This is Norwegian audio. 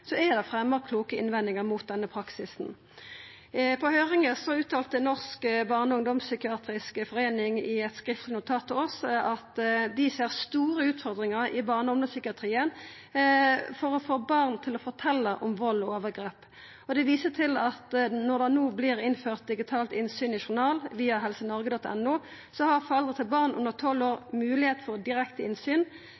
så er det fremja kloke innvendingar mot denne praksisen. På høyringa uttalte Norsk barne- og ungdomspsykiatrisk forening i eit skriftleg notat til oss at dei ser store utfordringar i barne- og ungdomspsykiatrien med å få barn til å fortelja om vald og overgrep. Dei viser til at når det no vert innført digitalt innsyn i journal via helsenorge.no, har foreldre til barn under tolv år